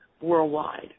worldwide